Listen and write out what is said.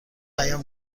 پیام